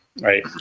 right